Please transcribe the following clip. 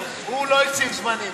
הוא לא הציב זמנים.